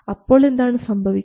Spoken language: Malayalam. അപ്പോൾ എന്താണ് സംഭവിക്കുന്നത്